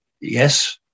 Yes